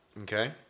Okay